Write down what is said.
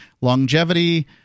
longevity